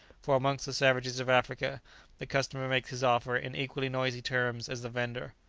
for amongst the savages of africa the customer makes his offer in equally noisy terms as the vendor.